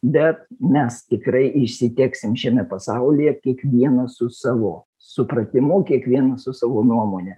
bet mes tikrai išsiteksim šiame pasaulyje kiekvienas su savo supratimu kiekvienas su savo nuomone